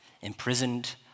imprisoned